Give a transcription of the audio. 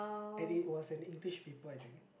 and it was an English paper I think